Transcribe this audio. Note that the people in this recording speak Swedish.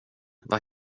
vad